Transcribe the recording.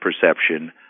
perception